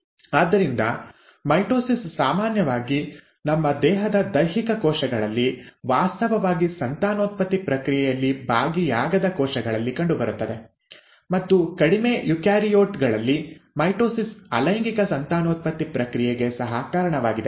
ಆದ್ದರಿಂದ ಮೈಟೊಸಿಸ್ ಸಾಮಾನ್ಯವಾಗಿ ನಮ್ಮ ದೇಹದ ದೈಹಿಕ ಕೋಶಗಳಲ್ಲಿ ವಾಸ್ತವವಾಗಿ ಸಂತಾನೋತ್ಪತ್ತಿ ಪ್ರಕ್ರಿಯೆಯಲ್ಲಿ ಭಾಗಿಯಾಗದ ಕೋಶಗಳಲ್ಲಿ ಕಂಡುಬರುತ್ತದೆ ಮತ್ತು ಕಡಿಮೆ ಯುಕ್ಯಾರಿಯೋಟ್ ಗಳಲ್ಲಿ ಮೈಟೊಸಿಸ್ ಅಲೈಂಗಿಕ ಸಂತಾನೋತ್ಪತ್ತಿ ಪ್ರಕ್ರಿಯೆಗೆ ಸಹ ಕಾರಣವಾಗಿದೆ